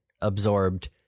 absorbed